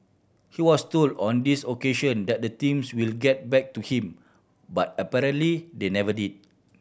he was told on this occasion that the teams will get back to him but apparently they never did